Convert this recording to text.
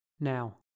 Now